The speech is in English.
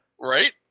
Right